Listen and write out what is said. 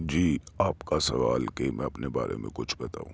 جی آپ کا سوال کہ میں اپنے بارے میں کچھ بتاؤں